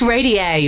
Radio